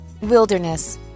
Wilderness